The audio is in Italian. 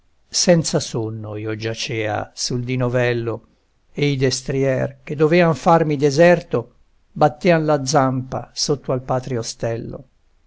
senza sonno io giacea sul dì novello e i destrier che dovean farmi deserto battean la zampa sotto al patrio ostello